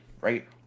right